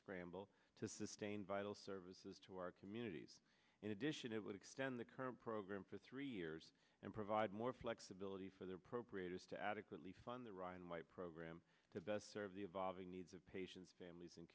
scramble to sustain vital services to our communities in addition it would extend the current program for three years and provide more flexibility for their programs to adequately fund the ryan white program to best serve the evolving needs of patients families